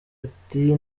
ati